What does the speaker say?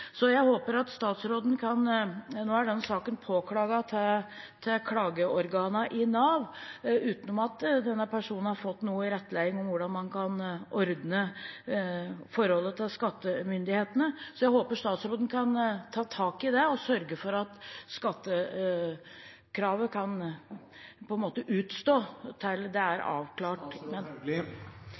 Nå er denne saken påklaget til klageorganet i Nav, uten at denne personen har fått noe rettleiing om hvordan man kan ordne forholdet til skattemyndighetene. Jeg håper statsråden kan ta tak i det og sørge for at skattekravet kan utstå til det er avklart. Jeg kan nok ikke saksbehandle denne saken, men jeg er enig med